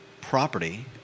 property